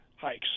hikes